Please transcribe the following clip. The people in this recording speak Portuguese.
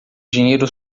dinheiro